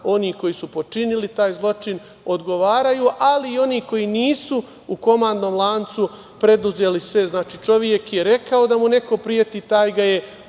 oni koji su počinili taj zločin odgovaraju, ali i oni koji nisu u komandnom lancu preduzeli sve. Znači, čovek je rekao da mu neko preti, taj ga je ubio